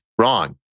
Wrong